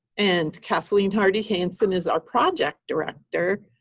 and cathlene hardy hanson is our project director.